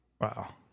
wow